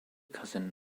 cousin